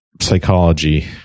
psychology